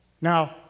Now